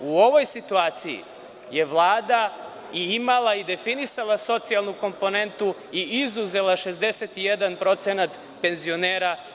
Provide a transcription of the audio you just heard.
U ovoj situaciji je Vlada i imala i definisala socijalnu komponentu i izuzela 61 posto penzionera.